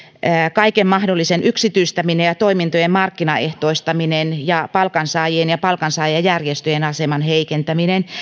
kaiken mahdollisen yksityistäminen ja toimintojen markkinaehtoistaminen ja palkansaajien ja palkansaajajärjestöjen aseman heikentäminen